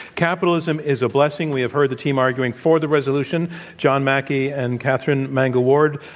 capitalism is a blessing. we have heard the team arguing for the resolution john mackey and katherine mangu-ward.